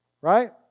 right